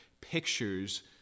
pictures